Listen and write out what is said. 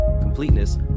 completeness